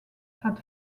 had